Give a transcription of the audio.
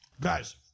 Guys